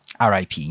RIP